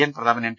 N Prathapan M